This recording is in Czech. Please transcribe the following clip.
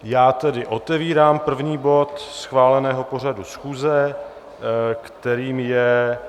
Já tedy otevírám první bod schváleného pořadu schůze, kterým je